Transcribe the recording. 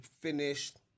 finished